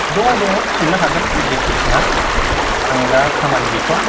दङ दङ सोंनो हागोन जेखि सोङा आं दा खामानि गैथ'वा